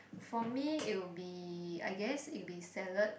for me it'll be I guess it'll be salad